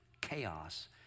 chaos